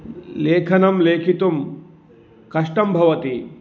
लेखनं लेखितुं कष्टं भवति